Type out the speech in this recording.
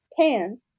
Pan